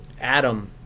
Adam